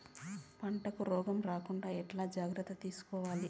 పంటకు రోగం రాకుండా ఎట్లా జాగ్రత్తలు తీసుకోవాలి?